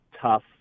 tough